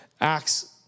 Acts